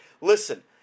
listen